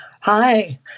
Hi